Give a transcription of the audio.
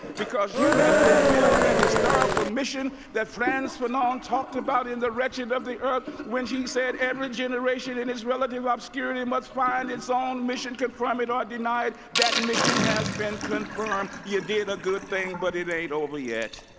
because you have fulfilled that historical ah mission that was ah and talked about in the wretched of the earth when she said every generation, in its relative obscurity, must fine its own mission confirming or denied. that mission has been confirmed. you did a good thing, but it ain't over yet.